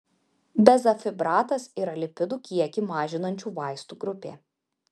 bezafibratas yra lipidų kiekį mažinančių vaistų grupė